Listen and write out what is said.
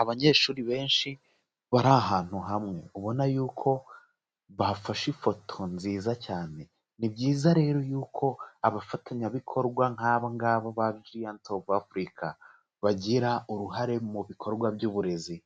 Abanyeshuri benshi bari ahantu hamwe, ubona yuko bafashe ifoto nziza cyane. Ni byiza rero yuko abafatanyabikorwa nk'abangabo ba Jayanti Ofu Afurika bagira uruhare mu bikorwa by'uburezi